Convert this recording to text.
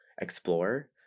explore